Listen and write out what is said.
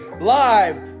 Live